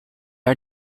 are